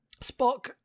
Spock